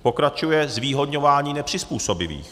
Pokračuje zvýhodňování nepřizpůsobivých.